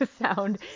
sound